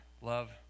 love